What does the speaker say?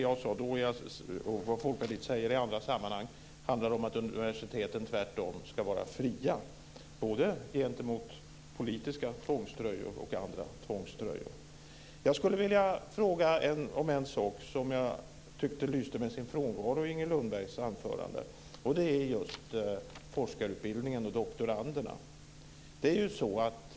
Jag och Folkpartiet anser tvärtom att universiteten ska vara fria både gentemot politiska tvångströjor och gentemot andra tvångströjor. Jag skulle vilja fråga om en sak som jag tyckte lyste med sin frånvaro i Inger Lundbergs anförande, och det gäller forskarutbildningen och doktoranderna.